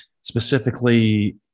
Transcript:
Specifically